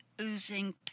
oozing